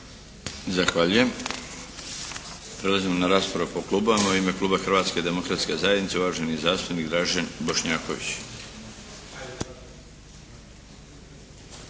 Zahvaljujem. Prelazimo na raspravu po klubovima. U ime kluba Hrvatske demokratske zajednice uvaženi zastupnik Dražen Bošnjaković.